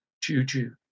juju